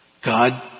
God